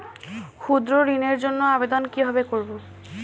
ক্ষুদ্র ঋণের জন্য আবেদন কিভাবে করব?